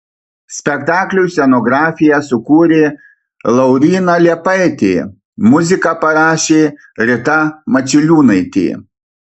spektakliui scenografiją sukūrė lauryna liepaitė muziką parašė rita mačiliūnaitė